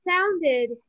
sounded